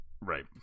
right